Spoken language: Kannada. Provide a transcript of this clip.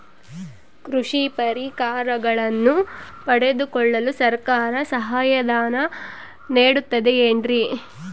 ಕೃಷಿ ಪರಿಕರಗಳನ್ನು ಪಡೆದುಕೊಳ್ಳಲು ಸರ್ಕಾರ ಸಹಾಯಧನ ನೇಡುತ್ತದೆ ಏನ್ರಿ?